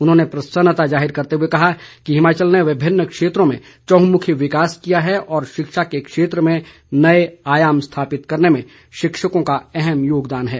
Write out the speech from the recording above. उन्होंने प्रसन्नता जाहिर करते हुए कहा कि हिमाचल ने विभिन्न क्षेत्रों में चहुंमुखी विकास किया है और शिक्षा के क्षेत्र में नए आयाम स्थापित करने में शिक्षकों का अहम योगदान है